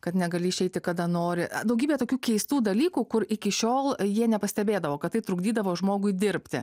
kad negali išeiti kada nori daugybė tokių keistų dalykų kur iki šiol jie nepastebėdavo kad tai trukdydavo žmogui dirbti